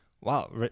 Wow